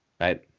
right